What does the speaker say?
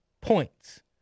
points